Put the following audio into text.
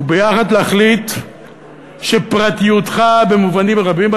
וביחד להחליט שפרטיותך במובנים רבים,